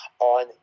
on